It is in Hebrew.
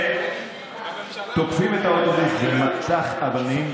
ותוקפים את האוטובוס במטח אבנים.